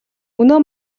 өнөө